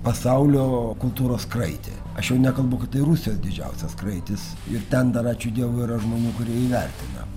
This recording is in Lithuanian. pasaulio kultūros kraitį aš jau nekalbu kad tai rusijos didžiausias kraitis ir ten dar ačiū dievui yra žmonių kurie įvertina